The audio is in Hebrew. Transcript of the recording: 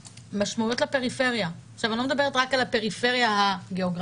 משמעות לפריפריה אני לא מדברת רק על הפריפריה הגיאוגרפית,